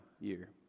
year